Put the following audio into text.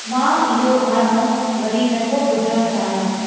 मां इहो गानो वरी नथो ॿुधणु चाहियां